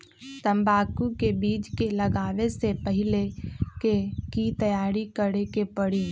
तंबाकू के बीज के लगाबे से पहिले के की तैयारी करे के परी?